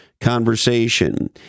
conversation